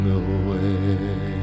away